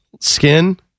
skin